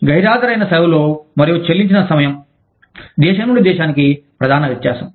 గైర్హాజరైన సెలవులో మరియు చెల్లించిన సమయం దేశం నుండి దేశానికి ప్రధాన వ్యత్యాసం